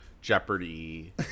Jeopardy